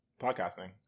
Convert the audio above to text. podcasting